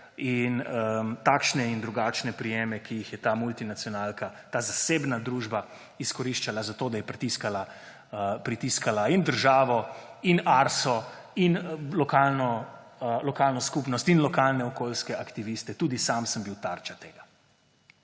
in takšne in drugačne prijeme, ki jih je ta multinacionalka, ta zasebna družba izkoriščala, zato da je pritiskala in državo in Arso in lokalno skupnost in lokalne okoljske aktiviste, tudi sam sem bil tarča tega.